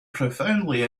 profoundly